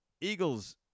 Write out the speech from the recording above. Eagles